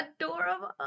adorable